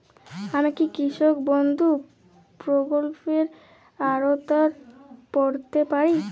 আমি কি কৃষক বন্ধু প্রকল্পের আওতায় পড়তে পারি?